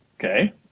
Okay